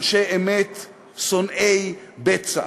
אנשי אמת שנאי בצע".